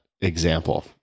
example